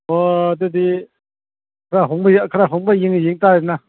ꯑꯣ ꯑꯗꯨꯗꯤ ꯈꯔ ꯍꯣꯡꯕ ꯑꯣꯏ ꯌꯦꯡꯇꯥꯔꯦꯗꯅ